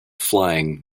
flying